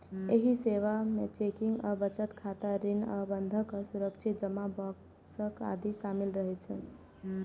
एहि सेवा मे चेकिंग आ बचत खाता, ऋण आ बंधक आ सुरक्षित जमा बक्सा आदि शामिल रहै छै